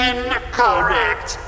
Incorrect